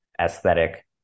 aesthetic